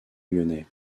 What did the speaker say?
lyonnais